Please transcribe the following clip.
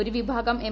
ഒരു വിഭാഗം എം